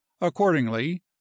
accordingly